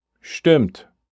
Stimmt